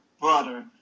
brother